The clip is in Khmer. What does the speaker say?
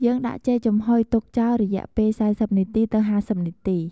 យើងដាក់ចេកចំហុយទុកចោលរយៈពេល៤០នាទី ទៅ៥០នាទី។